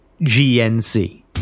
GNC